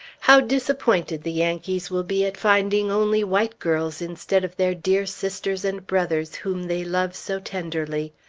how disappointed the yankees will be at finding only white girls instead of their dear sisters and brothers whom they love so tenderly!